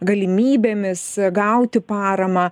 galimybėmis gauti paramą